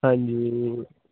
ਹਾਂਜੀ